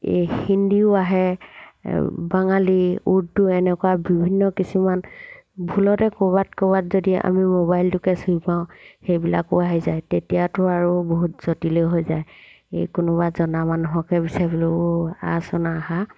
এই হিন্দীও আহে বাঙালী উৰ্দু এনেকুৱা বিভিন্ন কিছুমান ভুলতে ক'ৰবাত ক'ৰবাত যদি আমি মোবাইলটোকে চুই পাওঁ সেইবিলাকো আহি যায় তেতিয়াতো আৰু বহুত জটিলে হৈ যায় এই কোনোবা জনা মানুহকে বিচাৰিব লৈ ও আহচোন আহ আহ